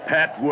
Pat